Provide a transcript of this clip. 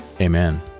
Amen